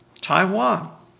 Taiwan